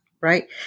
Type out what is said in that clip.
Right